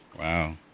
Wow